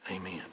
Amen